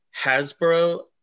Hasbro